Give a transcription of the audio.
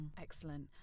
excellent